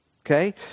Okay